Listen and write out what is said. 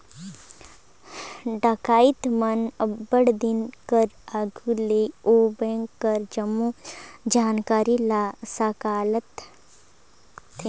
डकइत मन अब्बड़ दिन कर आघु ले ओ बेंक कर जम्मो जानकारी ल संकेलथें